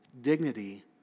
dignity